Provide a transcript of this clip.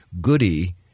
Goody